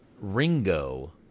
Ringo